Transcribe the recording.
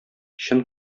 чын